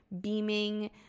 beaming